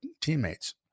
teammates